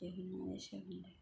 दिहुननाय सोमजिनाय